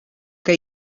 que